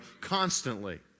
constantly